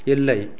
இல்லை